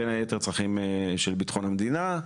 בין היתר צרכים של ביטחון המדינה,